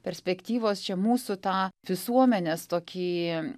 perspektyvos čia mūsų tą visuomenės tokį